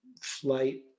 flight